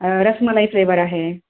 rasmalai flavour आहे